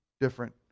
different